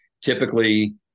typically